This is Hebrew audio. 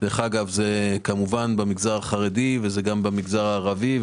- דרך אגב, זה גם במגזר החרדי וגם במגזר הערבי.